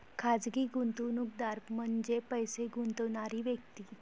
खाजगी गुंतवणूकदार म्हणजे पैसे गुंतवणारी व्यक्ती